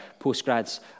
postgrads